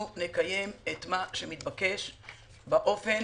נקיים את מה שמתבקש באופן